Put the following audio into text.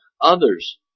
others